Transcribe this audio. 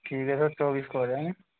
ठीक है सर चौबीस को आ जाएँगे